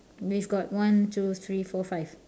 we've got one two three four five